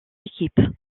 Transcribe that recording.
équipe